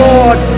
Lord